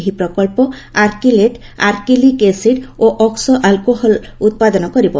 ଏହି ପ୍ରକଳ୍ପ acrylate acrylic acid ଓ ଅକ୍ଟୋ ଆଲକୋହଲ୍ ଉତ୍ପାଦନ କରିବ